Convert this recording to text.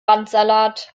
bandsalat